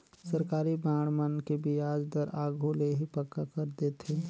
सरकारी बांड मन के बियाज दर आघु ले ही पक्का कर देथे